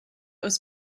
was